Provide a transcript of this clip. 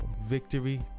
victory